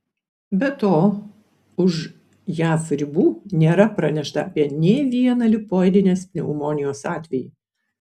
be to už jav ribų nėra pranešta apie nė vieną lipoidinės pneumonijos atvejį